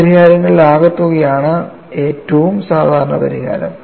ഈ പരിഹാരങ്ങളുടെ ആകെത്തുകയാണ് ഏറ്റവും സാധാരണ പരിഹാരം